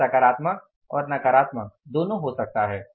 यह सकारात्मक और नकारात्मक दोनों हो सकता है